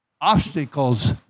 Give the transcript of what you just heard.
obstacles